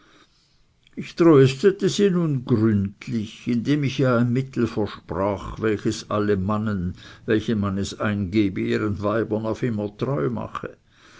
ich tröstete sie nun gründlich indem ich ihr ein mittel versprach welches alle mannen welchen man es eingebe ihren weibern auf immer treu mache